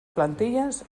plantilles